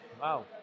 Wow